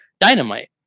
Dynamite